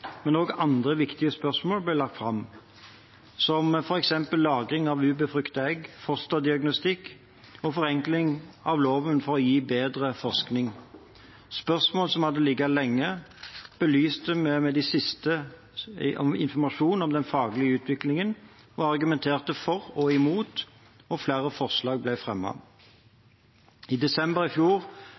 men også andre viktige spørsmål ble lagt fram – som f.eks. lagring av ubefruktede egg, fosterdiagnostikk og forenkling av loven for å gi bedre forskning. Spørsmål som hadde ligget lenge, belyste vi med siste informasjon om den faglige utviklingen og argumenter for og imot, og flere forslag ble fremmet. I desember i fjor